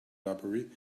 library